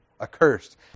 accursed